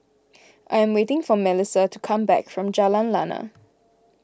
I am waiting for Mellisa to come back from Jalan Lana